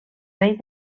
rei